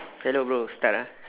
hello bro start ah